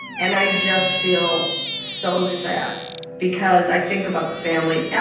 and i just feel so sad because i think about the family.